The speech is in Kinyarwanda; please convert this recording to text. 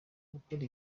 gukora